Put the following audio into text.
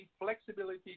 flexibility